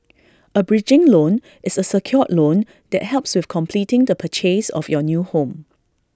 A bridging loan is A secured loan that helps with completing the purchase of your new home